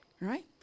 right